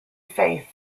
faith